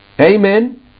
Amen